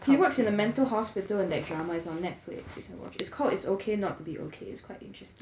he works in a mental hospital drama it's on Netflix you can watch it it's called it's okay not to be okay it's quite interesting